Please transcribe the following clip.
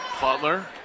Butler